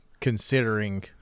considering –